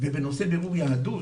ובנושא בירור יהדות